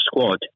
squad